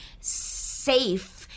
Safe